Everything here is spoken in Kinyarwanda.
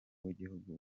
w’igihugu